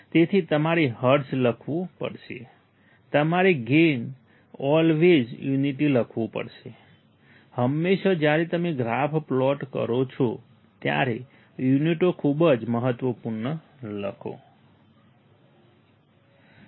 તેથી તમારે હર્ટ્ઝ લખવું પડશે તમારે ગેઇન ઓલવેઝ યુનિટ લખવું પડશે હંમેશાં જ્યારે તમે ગ્રાફ પ્લોટ કરો છો ત્યારે યુનિટો ખૂબ જ મહત્વપૂર્ણ લખો છો